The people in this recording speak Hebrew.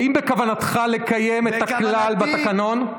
האם בכוונתך לקיים את הכלל בתקנון?